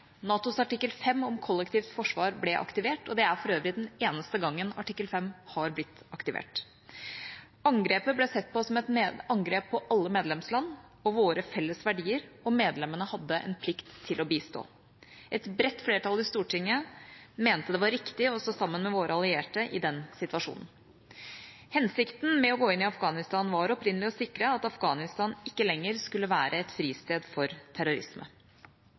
NATOs artikkel 5 om kollektivt forsvar ble aktivert. Det er for øvrig den eneste gangen artikkel 5 har blitt aktivert. Angrepet ble sett på som et angrep på alle medlemsland og våre felles verdier, og medlemmene hadde en plikt til å bistå. Et bredt flertall i Stortinget mente det var riktig å stå sammen med våre allierte i den situasjonen. Hensikten med å gå inn i Afghanistan var opprinnelig å sikre at Afghanistan ikke lenger skulle være et fristed for terrorisme.